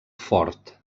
fort